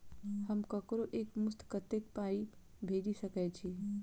हम ककरो एक मुस्त कत्तेक पाई भेजि सकय छी?